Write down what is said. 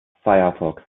firefox